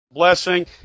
Blessing